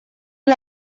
del